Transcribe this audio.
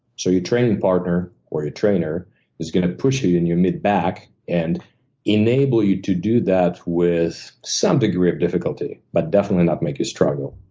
so your training partner or your trainer is gonna push you in your mid-back, and enable you to do that with some degree of difficulty, but definitely not make you struggle.